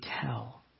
tell